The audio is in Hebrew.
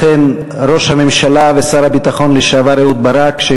אכן ראש הממשלה ושר הביטחון לשעבר אהוד ברק,